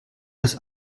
des